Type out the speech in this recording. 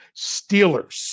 Steelers